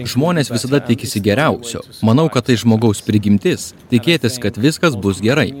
žmonės visada tikisi geriausio manau kad tai žmogaus prigimtis tikėtis kad viskas bus gerai